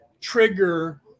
trigger